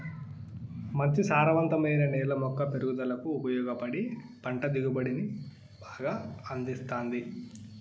మంచి సారవంతమైన నేల మొక్క పెరుగుదలకు ఉపయోగపడి పంట దిగుబడిని బాగా అందిస్తాది